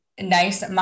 nice